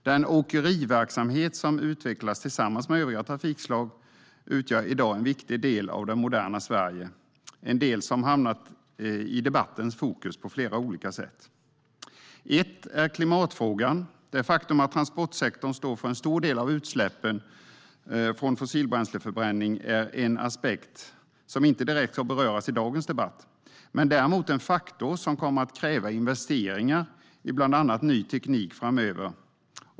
Den åkeriverksamhet som utvecklas tillsammans med övriga trafikslag utgör i dag en viktig del av det moderna Sverige, en del som hamnat i debattens fokus på flera olika sätt. Ett område för debatt handlar om klimatfrågan. Det faktum att transportsektorn står för en stor del av utsläppen från fossilbränsleförbränning är en aspekt som inte direkt ska beröras i dagens debatt, men det är däremot en faktor som kommer att kräva investeringar i bland annat ny teknik framöver.